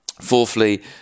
Fourthly